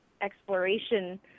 exploration